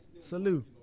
Salute